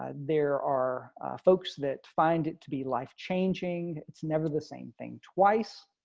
ah there are folks that find it to be life changing. it's never the same thing twice.